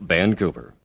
Vancouver